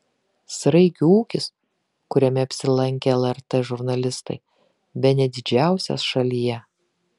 sraigių ūkis kuriame apsilankė lrt žurnalistai bene didžiausias šalyje